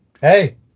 hey